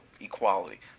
equality